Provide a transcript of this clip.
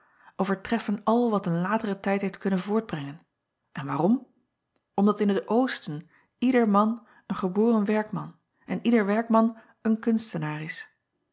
overtreffen al wat een latere tijd heeft kunnen voortbrengen en waarom omdat in het osten ieder man een geboren werkman en ieder werkman een kunstenaar is